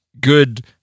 good